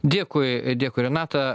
dėkui dėkui renata